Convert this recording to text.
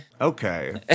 Okay